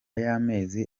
y’amezi